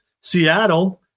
Seattle –